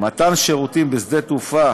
(מתן שירותים בשדה-התעופה